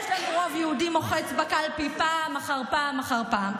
איך יש לנו רוב יהודי מוחץ בקלפי פעם אחר פעם אחר פעם?